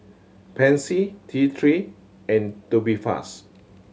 Pansy T Three and Tubifast